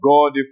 God